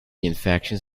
infections